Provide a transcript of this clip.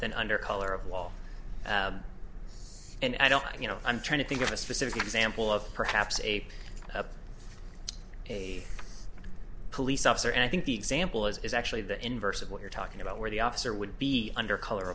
than under color of wall and i don't you know i'm trying to think of a specific example of perhaps a of a police officer and i think the example is actually the inverse of what you're talking about where the officer would be under color